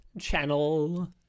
channel